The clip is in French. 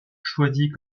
choisit